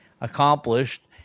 accomplished